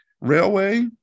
railway